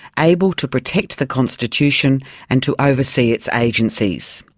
able to protect the constitution and to oversee its agencies.